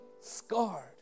scarred